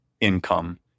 income